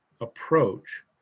approach